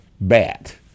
bat